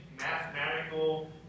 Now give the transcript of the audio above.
mathematical